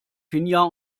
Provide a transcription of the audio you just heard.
finja